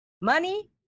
money